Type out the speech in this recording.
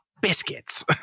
biscuits